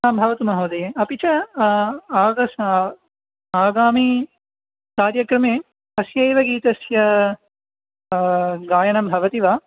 आं भवतु महोदये अपि च आगस्ट् आगामीकार्यक्रमे तस्यैव गीतस्य गायनं भवति वा